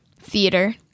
Theater